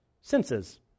Senses